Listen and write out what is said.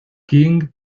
king